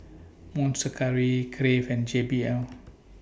Monster Curry Crave and J B L